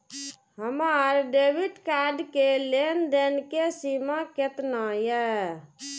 हमार debit card के लेन देन के सीमा केतना ये?